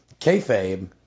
kayfabe